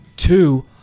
Two